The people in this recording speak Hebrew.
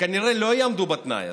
וכנראה לא יעמדו בתנאי הזה.